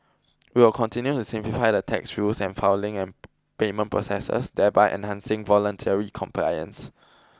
we will continue to simplify the tax rules and filing and payment processes thereby enhancing voluntary compliance